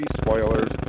spoilers